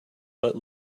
but